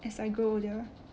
as I grow older